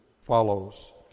follows